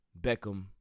Beckham